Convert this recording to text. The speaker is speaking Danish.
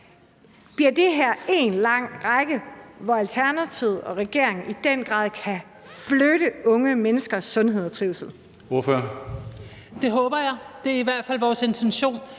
Bliver det her en lang række, hvor Alternativet og regeringen i den grad kan flytte unge menneskers sundhed og trivsel? Kl. 19:53 Tredje næstformand (Karsten